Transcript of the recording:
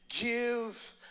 give